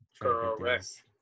correct